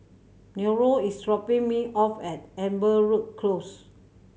Nello is dropping me off at Amberwood Close